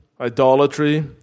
idolatry